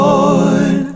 Lord